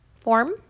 form